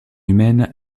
humaine